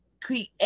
create